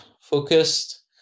focused